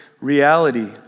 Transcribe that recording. reality